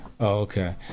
okay